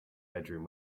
bedroom